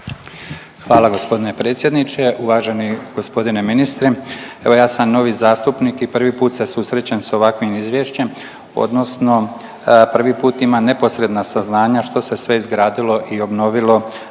Hvala gospodine predsjedniče. Uvaženi gospodine ministre, evo ja sam novi zastupnik i prvi put se susrećem sa ovakvim izvješćem, odnosno prvi put imam neposredna saznanja što se sve izgradilo i obnovilo